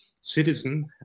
citizen